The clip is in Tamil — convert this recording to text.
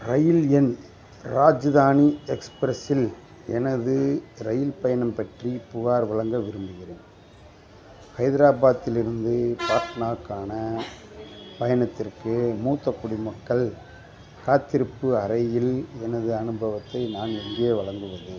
ரயில் எண் ராஜ்தானி எக்ஸ்ப்ரஸில் எனது ரயில் பயணம் பற்றி புகார் வழங்க விரும்புகிறேன் ஹைதராபாத்திலிருந்து பாட்னாக்கான பயணத்திற்கு மூத்த குடிமக்கள் காத்திருப்பு அறையில் எனது அனுபவத்தை நான் எங்கே வழங்குவது